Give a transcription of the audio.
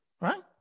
right